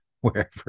wherever